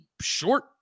short